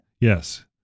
Yes